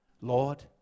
Lord